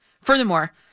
Furthermore